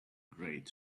great